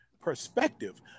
perspective